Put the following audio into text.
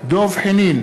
דב חנין,